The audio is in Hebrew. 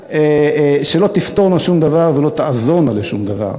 כלשהן שלא תפתורנה שום דבר ולא תעזורנה לשום דבר,